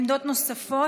עמדות נוספות.